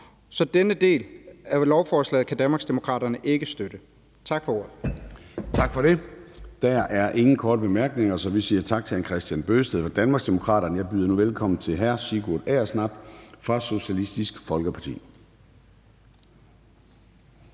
Så denne del af lovforslaget kan Danmarksdemokraterne ikke støtte. Tak for ordet. Kl. 20:31 Formanden (Søren Gade): Der er ingen korte bemærkninger, så vi siger tak til hr. Kristian Bøgsted fra Danmarksdemokraterne. Jeg byder nu velkommen til hr. Sigurd Agersnap fra Socialistisk Folkeparti.